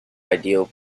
ideal